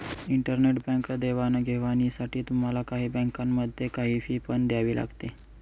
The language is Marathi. इंटरनेट बँक देवाणघेवाणीसाठी तुम्हाला काही बँकांमध्ये, काही फी पण द्यावी लागते